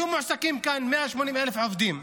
היו מועסקים כאן 180,000 עובדים.